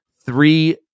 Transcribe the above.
three